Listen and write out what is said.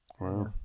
Wow